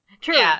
True